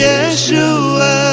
Yeshua